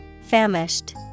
famished